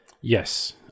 Yes